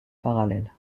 parallèle